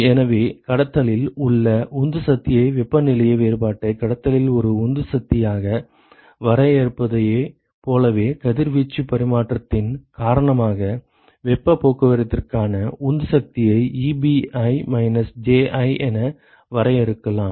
எனவே கடத்தலில் உள்ள உந்து சக்தியை வெப்பநிலை வேறுபாட்டை கடத்தலில் ஒரு உந்து சக்தியாக வரையறுப்பதைப் போலவே கதிர்வீச்சு பரிமாற்றத்தின் காரணமாக வெப்பப் போக்குவரத்திற்கான உந்து சக்தியை Ebi மைனஸ் Ji என வரையறுக்கலாம்